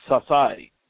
society